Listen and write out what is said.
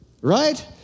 right